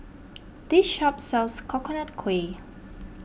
this shop sells Coconut Kuih